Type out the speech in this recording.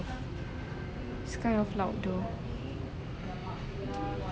it's kind of loud though